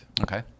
Okay